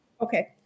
Okay